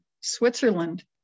Switzerland